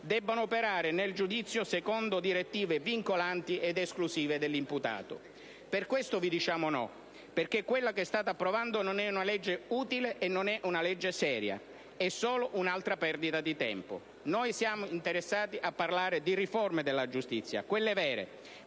debbano operare nel giudizio secondo direttive vincolanti ed esclusive dell'imputato. Per questo motivo, vi diciamo no, perché quello che state approvando non è un provvedimento utile e serio, ma è solo un'altra perdita di tempo. Noi siamo interessati a parlare di riforme della giustizia, quelle vere,